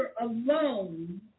alone